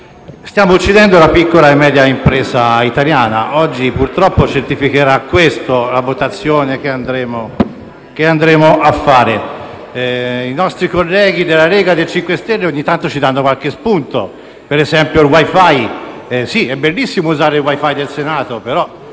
stiamo uccidendo la piccola e media impresa italiana: oggi purtroppo certificherà questo la votazione che faremo. I nostri colleghi della Lega e del Movimento 5 Stelle ogni tanto ci danno qualche spunto, come ad esempio il wi-fi; sì, è bellissimo usare il wi-fi del Senato, ma